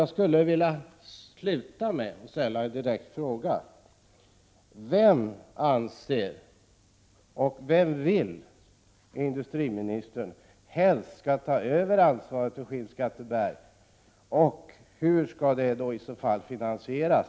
Jag skulle vilja sluta med att ställa en direkt fråga. Vem vill industriministern helst skall ta över ansvaret för Skinnskatteberg? Hur skall detta i så fall finansieras?